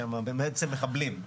להשלים משפט.